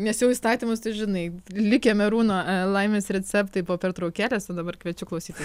nes jau įstatymus tu žinai likę merūno laimės receptai po pertraukėlės o dabar kviečiu klausytis